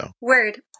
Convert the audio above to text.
Word